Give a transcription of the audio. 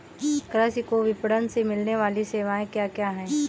कृषि को विपणन से मिलने वाली सेवाएँ क्या क्या है